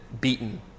beaten